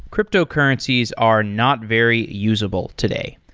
cryptocurrencies are not very usable today.